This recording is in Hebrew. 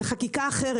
זאת חקיקה אחרת.